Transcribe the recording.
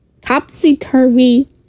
topsy-turvy